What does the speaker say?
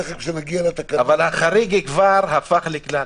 אבל החריג כבר הפך לכלל.